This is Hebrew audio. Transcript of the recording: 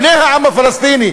בני העם הפלסטיני,